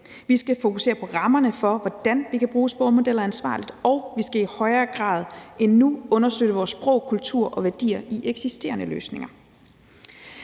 Vi skal fokusere på rammerne for, hvordan vi kan bruge sprogmodeller ansvarligt, og vi skal i højere grad end nu undersøge vores sprog, kultur og værdier i eksisterende løsninger.